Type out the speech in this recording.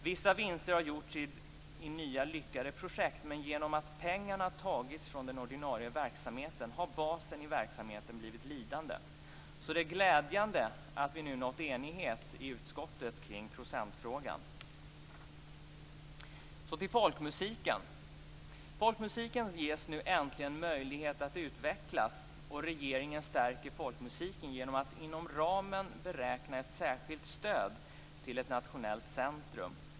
Vissa vinster har gjorts i nya, lyckade projekt, men genom att pengarna tagits från den ordinarie verksamheten har basen i verksamheten blivit lidande. Det är glädjande att vi nu nått enighet i utskottet kring procentfrågan. Så går jag över till att tala om folkmusiken. Folkmusiken ges nu äntligen möjlighet att utvecklas. Regeringen stärker folkmusiken genom att inom ramen beräkna ett särskilt stöd till ett nationellt centrum.